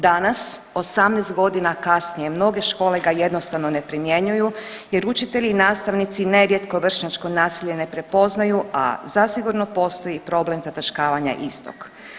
Danas 18.g. kasnije mnoge škole ga jednostavno ne primjenjuju jer učitelji i nastavnici nerijetko vršnjačko nasilje ne prepoznaju, a zasigurno postoji problem zataškavanja istog.